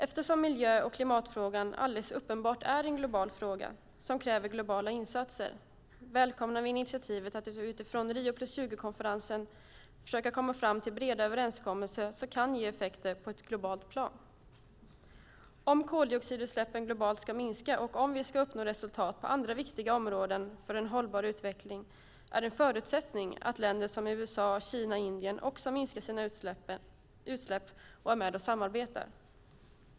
Eftersom miljö och klimatfrågan alldeles uppenbart är en global fråga som kräver globala insatser välkomnar vi initiativet att utifrån Rio + 20-konferensen försöka komma fram till breda överenskommelser som kan ge effekter på ett globalt plan. Om koldioxidutsläppen globalt ska minska och om vi ska uppnå resultat på andra viktiga områden för en hållbar utveckling är det en förutsättning att länder som USA, Kina och Indien också minskar sina utsläpp och är med och samarbetar.